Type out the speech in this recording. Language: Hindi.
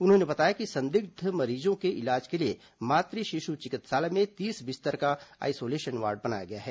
उन्होंने बताया कि संदिग्ध मरीजों के इलाज के लिए मातृ शिशु चिकित्सालय में तीस बिस्तर का आइसोलेशन वार्ड बनाया गया है